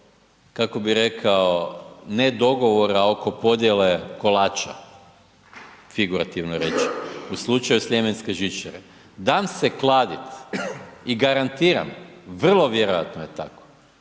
kako bi rekao ne dogovora oko podjele kolača, figurativno rečeno, u slučaju Sljemenske žičare, dam se kladit i garantiram vrlo vjerojatno je tako,